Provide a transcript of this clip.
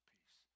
Peace